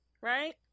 right